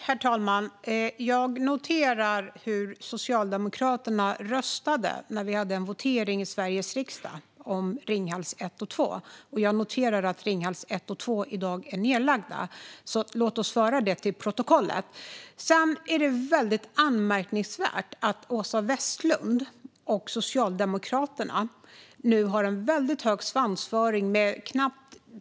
Herr talman! Jag noterade hur Socialdemokraterna röstade när vi hade en votering i Sveriges riksdag om Ringhals 1 och 2. Jag noterar att Ringhals 1 och 2 i dag är nedlagda. Låt oss föra det till protokollet. Det är vidare anmärkningsvärt att Åsa Westlund och Socialdemokraterna nu har en väldigt hög svansföring.